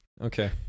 Okay